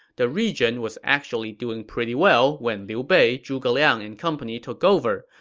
the region was actually doing pretty well when liu bei, zhuge liang and company took over,